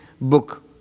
book